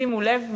שימו לב,